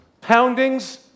poundings